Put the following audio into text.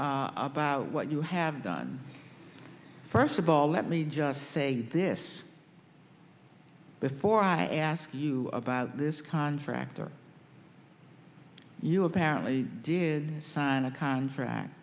rainville about what you have done first of all let me just say this before i ask you about this contractor you apparently did sign a contract